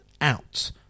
out